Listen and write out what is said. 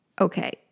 Okay